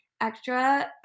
extra